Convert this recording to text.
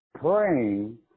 praying